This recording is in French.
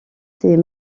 ces